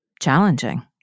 challenging